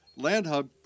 Landhub